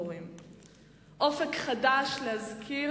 אלה הכוכבים שאנחנו הבאנו לנבחרת,